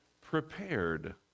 prepared